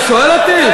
אתה שואל אותי?